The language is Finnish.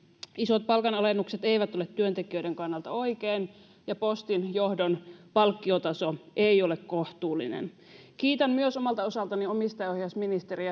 isot palkanalennukset eivät ole työntekijöiden kannalta oikein ja postin johdon palkkiotaso ei ole kohtuullinen kiitän myös omalta osaltani omistajaohjausministeri